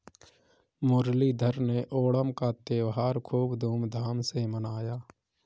मुरलीधर ने ओणम का त्योहार खूब धूमधाम से मनाया